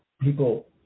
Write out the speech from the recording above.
people